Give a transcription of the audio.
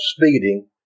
speeding